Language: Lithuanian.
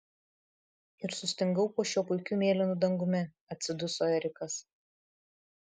ir sustingau po šiuo puikiu mėlynu dangumi atsiduso erikas